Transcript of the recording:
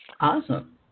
Awesome